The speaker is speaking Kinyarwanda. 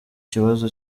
kibazo